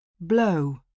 Blow